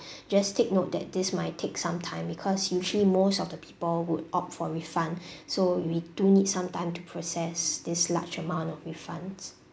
just take note that this might take some time because usually most of the people would opt for refund so we do need some time to process this large amount of refunds